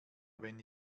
wenn